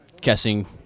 Guessing